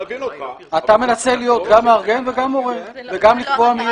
אתה מנסה להיות גם מארגן וגם מורה וגם לקבוע מי